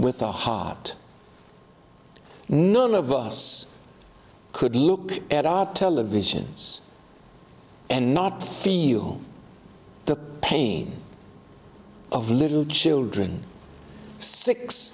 with a heart none of us could look at our televisions and not feel the pain of little children six